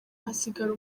hasigara